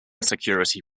security